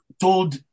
told